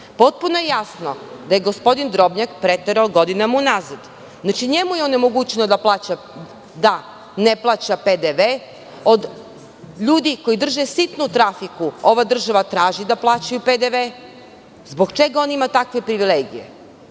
zakon. Potpuno je jasno da je gospodin Drobnjak preterao godinama unazad. Njemu je omogućeno da ne plaća PDV. Od ljudi koji drže sitne trafike ova država traži da plaćaju PDV. Zbog čega on ima takve privilegije?